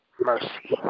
mercy